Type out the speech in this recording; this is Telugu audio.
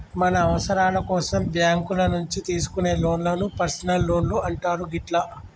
మన అవసరాల కోసం బ్యేంకుల నుంచి తీసుకునే లోన్లను పర్సనల్ లోన్లు అంటారు గిట్లా